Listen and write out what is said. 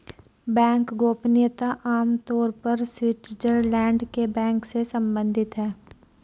bank गोपनीयता आम तौर पर स्विटज़रलैंड के बैंक से सम्बंधित है